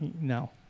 No